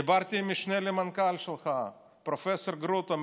דיברתי עם המשנה למנכ"ל שלך, פרופ' גרוטו.